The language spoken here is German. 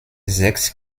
sechs